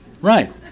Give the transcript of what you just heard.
right